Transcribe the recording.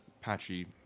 patchy